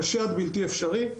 קשה עד בלתי אפשרי.